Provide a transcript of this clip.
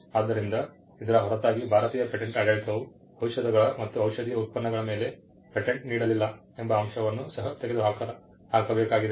ಆದ್ದರಿಂದ ಇದರ ಹೊರತಾಗಿ ಭಾರತೀಯ ಪೇಟೆಂಟ್ ಆಡಳಿತವು ಔಷಧಗಳು ಮತ್ತು ಔಷಧೀಯ ಉತ್ಪನ್ನಗಳ ಮೇಲೆ ಪೇಟೆಂಟ್ ನೀಡಲಿಲ್ಲ ಎಂಬ ಅಂಶವನ್ನು ಸಹ ತೆಗೆದುಹಾಕಬೇಕಾಗಿದೆ